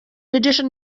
addition